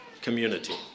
community